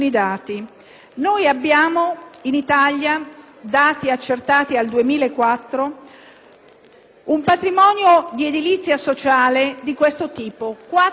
un patrimonio di edilizia sociale pari a 4,5 abitazioni ogni cento. I Paesi Bassi avevano nel medesimo anno